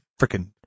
freaking